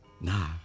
Nah